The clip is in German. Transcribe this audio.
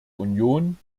union